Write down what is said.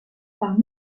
par